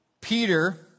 Peter